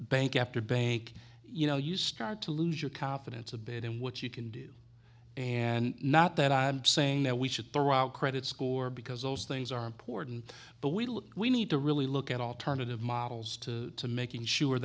bank after bank you know you start to lose your confidence a bit in what you can do and not that i'm saying that we should throw out credit score because those things are important but we look we need to really look at alternative models to making sure